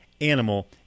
animal